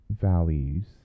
values